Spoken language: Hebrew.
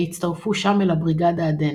והצטרפו שם אל "הבריגדה הדנית".